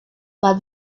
but